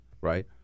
right